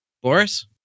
Boris